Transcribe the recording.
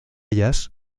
ellas